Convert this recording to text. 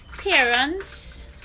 Parents